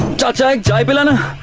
da da da but and